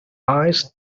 eyes